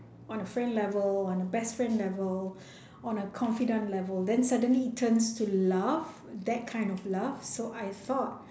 on a friend level on a best friend level on a confidence level then suddenly it turns to love that kind of love so I thought